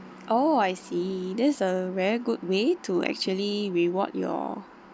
oh I see that is a very good way to actually reward your